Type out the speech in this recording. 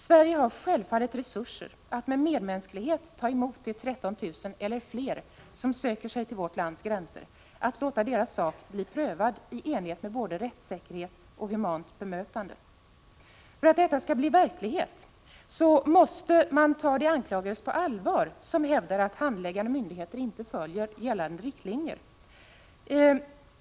Sverige har självfallet resurser att med medmänsklighet ta emot de 13 000 eller fler som söker sig till vårt lands gränser, att låta deras sak bli prövad i enlighet med både rättssäkerhet och humant bemötande. För att detta skall bli verklighet måste vi ta de anklagelser på allvar som hävdar att handläggande myndigheter inte följer gällande riktlinjer.